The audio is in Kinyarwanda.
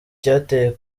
cyateye